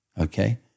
Okay